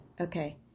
Okay